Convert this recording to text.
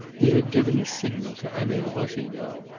he had given a signal to adele rossignol.